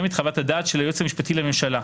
את חוות-הדעת של היועץ המשפטי לממשלה.